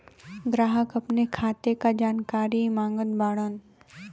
ग्राहक अपने खाते का जानकारी मागत बाणन?